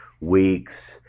weeks